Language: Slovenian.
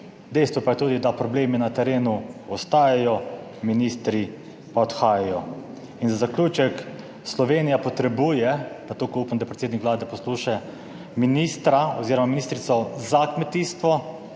Dejstvo pa je tudi, da problemi na terenu ostajajo, ministri pa odhajajo. In za zaključek, Slovenija potrebuje, pa tukaj upam, da predsednik Vlade posluša, ministra oziroma ministrico za kmetijstvo,